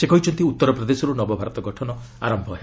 ସେ କହିଛନ୍ତି ଉତ୍ତରପ୍ରଦେଶରୁ ନବଭାରତ ଗଠନ ଆରମ୍ଭ ହେବ